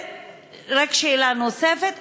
רק שאלה נוספת.